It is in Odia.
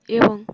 ଏବଂ